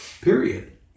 Period